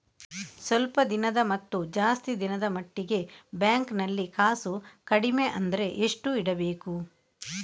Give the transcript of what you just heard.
ಸ್ವಲ್ಪ ದಿನದ ಮತ್ತು ಜಾಸ್ತಿ ದಿನದ ಮಟ್ಟಿಗೆ ಬ್ಯಾಂಕ್ ನಲ್ಲಿ ಕಾಸು ಕಡಿಮೆ ಅಂದ್ರೆ ಎಷ್ಟು ಇಡಬೇಕು?